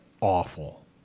awful